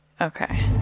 Okay